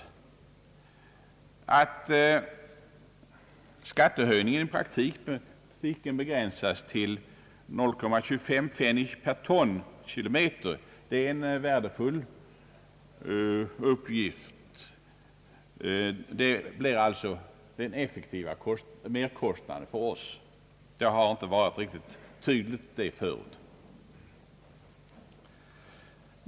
Upplysningen att skattehöjningen i praktiken begränsas till 0,25 pfennig per tonkilometer var värdefull. Det blir alltså den effektiva merkostnaden för oss — det har inte varit helt klart förut.